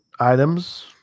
items